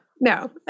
no